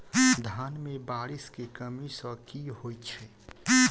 धान मे बारिश केँ कमी सँ की होइ छै?